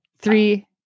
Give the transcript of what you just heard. three